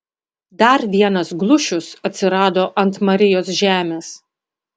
dar vienas glušius atsirado ant marijos žemės